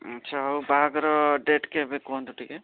ଆଚ୍ଛା ହଉ ବାହାଘର ଡେଟ୍ କେବେ କୁହନ୍ତୁ ଟିକିଏ